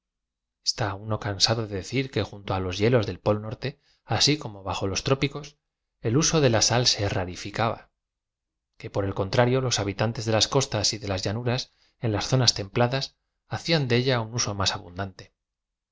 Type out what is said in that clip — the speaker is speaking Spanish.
uqo cansado de decir que junto á ios hielos del polo norte así como bajo los trópicos el aso de la sal se rarificaba que por el contrario los habitantes de u s costas y de las llanuras on las zonas templadas hacían de ella un uso más